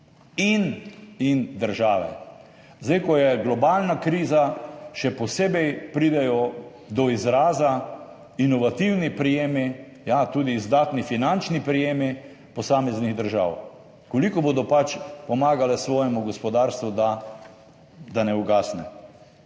in države. Zdaj, ko je globalna kriza, še posebej pridejo do izraza inovativni prijemi, ja, tudi izdatni finančni prijemi posameznih držav, koliko bodo pač pomagale svojemu gospodarstvu, da ne ugasne.